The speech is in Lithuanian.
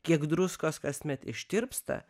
kiek druskos kasmet ištirpsta